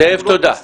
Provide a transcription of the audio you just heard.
זאב, תודה.